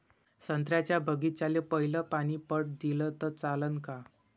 संत्र्याच्या बागीचाले पयलं पानी पट दिलं त चालन का?